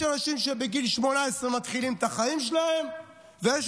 יש אנשים שבגיל 18 מתחילים את החיים שלהם ויש